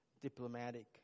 diplomatic